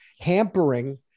hampering